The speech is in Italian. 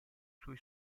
sui